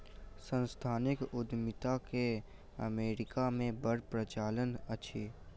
सांस्थानिक उद्यमिता के अमेरिका मे बड़ प्रचलन अछि